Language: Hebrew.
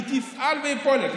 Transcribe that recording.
היא תפעל והיא פועלת.